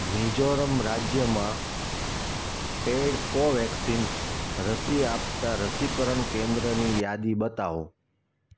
મિઝોરમ રાજ્યમાં પેઈડ કોવેક્સિન રસી આપતાં રસીકરણ કેન્દ્રની યાદી બતાવો